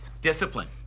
Discipline